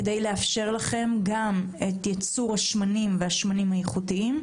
כדי לאפשר לכם גם את ייצור השמנים והשמנים האיכותיים,